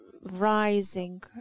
rising